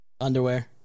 Underwear